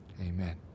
Amen